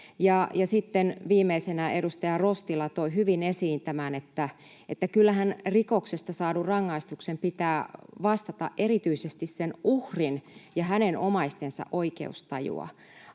sitten viimeisenä edustaja Rostila toi hyvin esiin tämän, että kyllähän rikoksesta saadun rangaistuksen pitää vastata erityisesti sen uhrin ja hänen omaistensa oikeustajua.